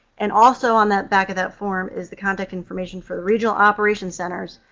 and, also, on that back of that form is the contact information for the regional operations centers,